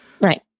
Right